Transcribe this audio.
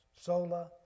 sola